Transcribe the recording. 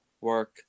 work